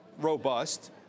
robust